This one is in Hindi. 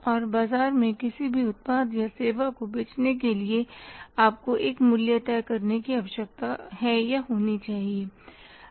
और बाजार में किसी भी उत्पाद या सेवा को बेचने के लिए आपको एक मूल्य तय करने की आवश्यकता है या होनी चाहिए